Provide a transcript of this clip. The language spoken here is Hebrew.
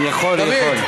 יכול.